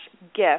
gift